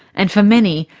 and for many,